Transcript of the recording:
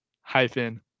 hyphen